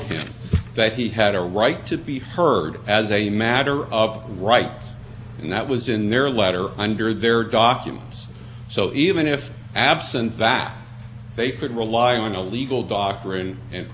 and that was in their letter under their documents so even if absent that they could rely on a legal doctrine and persuade one that the two thousand and six letter was enough to take the participants pension away